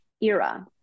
era